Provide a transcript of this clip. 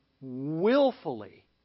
willfully